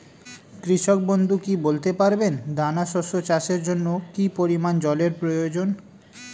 কৃষক বন্ধু কি বলতে পারবেন দানা শস্য চাষের জন্য কি পরিমান জলের প্রয়োজন?